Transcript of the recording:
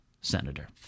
Senator